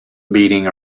beating